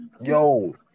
Yo